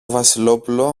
βασιλόπουλο